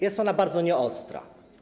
Jest ona bardzo nieostra.